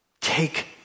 take